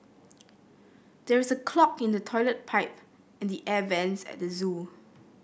there is a clog in the toilet pipe and the air vents at the zoo